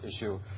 issue